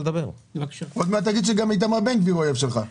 עוד מעט תגיד שגם איתמר בן גביר הוא אויב שלך.